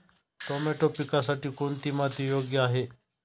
Tomato पिकासाठी कोणती माती योग्य आहे?